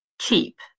cheap